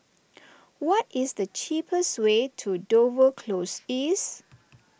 what is the cheapest way to Dover Close East